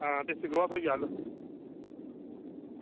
आं देसी गोहा थ्होई जाह्ग